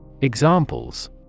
Examples